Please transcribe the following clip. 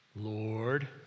Lord